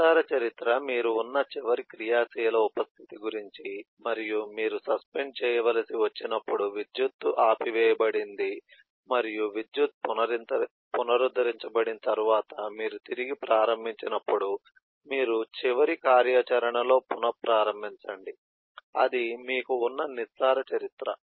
నిస్సార చరిత్ర మీరు ఉన్న చివరి క్రియాశీల ఉప స్థితి గురించి మరియు మీరు సస్పెండ్ చేయవలసి వచ్చినప్పుడు విద్యుత్తు ఆపివేయబడింది మరియు విద్యుత్ పునరుద్ధరించబడిన తర్వాత మీరు తిరిగి ప్రారంభించినప్పుడు మీరు చివరి కార్యాచరణలో పునఃప్రారంభించండి అది మీకు ఉన్న నిస్సార చరిత్ర